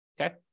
okay